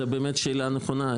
זו באמת שאלה נכונה,